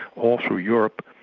all through europe,